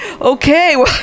Okay